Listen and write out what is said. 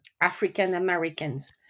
African-Americans